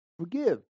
forgive